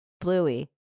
Bluey